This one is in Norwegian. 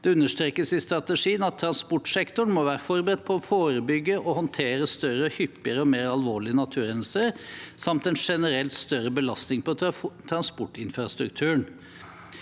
understrekes følgende: «Transportsektoren må være forberedt på å både forebygge og håndtere større, hyppigere og mer alvorlige naturhendelser, samt en generelt større belastning på transportinfrastrukturen.»